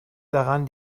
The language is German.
daran